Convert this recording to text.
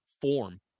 form